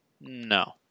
No